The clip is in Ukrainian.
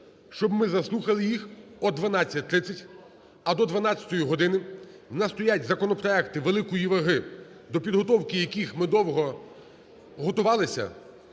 щоб ми заслухали їх о 12:30. А до 12 години у нас стоять законопроекти великої ваги, до підготовки яких ми довго готувалися.